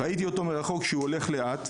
ראיתי אותו מרחוק שהוא הולך לאט,